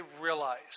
realize